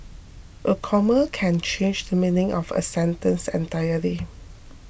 a comma can change the meaning of a sentence entirely